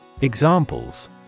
Examples